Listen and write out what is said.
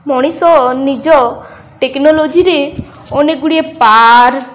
ମଣିଷ ନିଜ ଟେକ୍ନୋଲୋଜିରେ ଅନେକ ଗୁଡ଼ିଏ ପାର୍